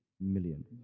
million